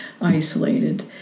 isolated